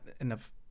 enough